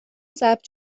ضبط